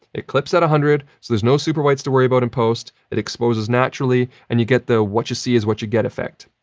it clips at one hundred, so there's no super whites to worry about in post. it exposes naturally and you get the what you see is what you get effect.